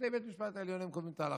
שופטי בית המשפט העליון קובעים את ההלכה.